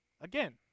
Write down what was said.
again